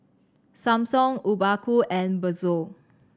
Samsung Obaku and Pezzo